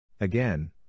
Again